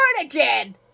again